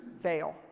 fail